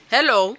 Hello